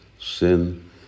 sin